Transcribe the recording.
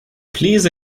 please